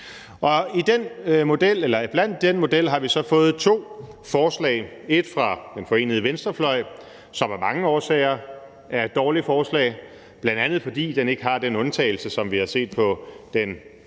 Danmark. Iblandt den model har vi så fået to forslag. Der er et fra den forenede venstrefløj, som af mange årsager er et dårligt forslag, bl.a. fordi det ikke har den undtagelse, som vi har set på den knap